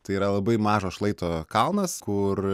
tai yra labai mažo šlaito kalnas kur